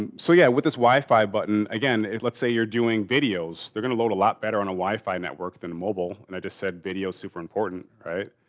and so yeah, with this wi-fi button again, let's say you're doing videos. they're gonna load a lot better on a wi-fi network than mobile. and i just said video is super important, right?